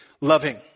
loving